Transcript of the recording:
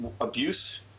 abuse